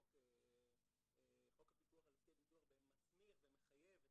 חוק הפיקוח על הסכם ביטוח --- ומחייב את